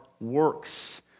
works